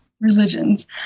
religions